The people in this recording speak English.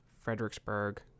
Fredericksburg